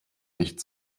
nicht